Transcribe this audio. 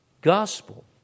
gospel